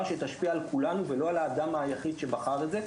שתשפיע על כולנו ולא על האדם היחיד שבחר את זה,